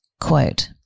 Quote